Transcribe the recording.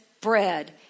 bread